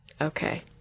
Okay